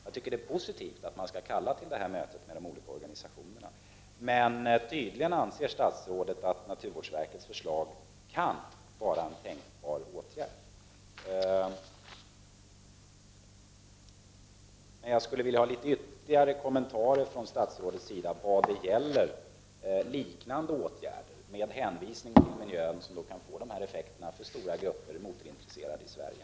Jag tycker att det är positivt att man skall kalla till detta möte med de olika organisationerna. Men tydligen anser statsrådet att naturvårdsverkets förslag kan vara en tänkbar åtgärd. ; Jag skulle vilja ha ytterligare kommentarer från statsrådet när det gäller liknande åtgärder med hänvisning till miljön som kan få dessa effekter för stora grupper motorintresserade i Sverige.